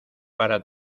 para